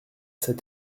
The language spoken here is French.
cette